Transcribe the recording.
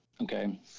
Okay